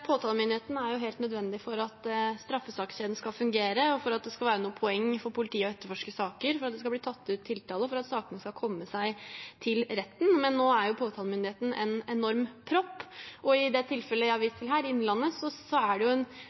Påtalemyndigheten er helt nødvendig for at straffesakskjeden skal fungere, og for at det skal være noe poeng for politiet i å etterforske saker, for at det skal bli tatt ut tiltale, og for at sakene skal komme til retten. Men nå er påtalemyndigheten en enorm propp. I det tilfellet jeg har vist til her, Innlandet, er det en misoppfatning, for politimesteren sier at situasjonen ikke er kritisk, mens påtalejuristene er veldig bekymret. Det